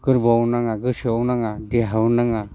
गोरबोआव नाङा गोसोआव नाङा देहायाव नाङा